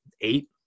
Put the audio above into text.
eight